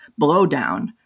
blowdown